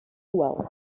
well